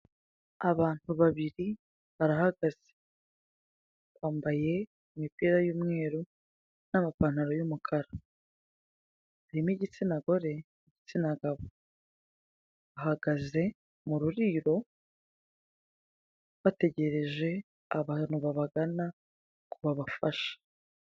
Abantu babiri barahagaze bambaye imipira y'umweru n'amapanraro y'umukara. Harimo igitsina gore n'igitsina gabo. Bahagaze mu ruriro bategereje abantu babagana ngo babafashe.